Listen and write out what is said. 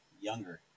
younger